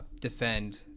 defend